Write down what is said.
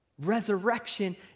Resurrection